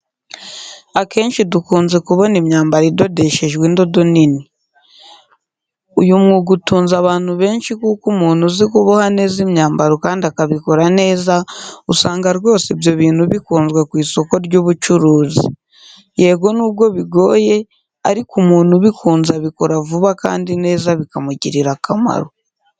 Akenshi dukunze kubona imyambaro idodeshejwe indodo nini. Uyu mwuga utunze abantu benshi kuko umuntu uzi kuboha neza imyambaro kandi akabikora neza usanga rwose ibyo bintu bikunzwe ku isoko ry'ubucurizi. Yego nubwo bigoye ariko umuntu ubikunze abikora vuba kandi neza bikamugirira akamaro.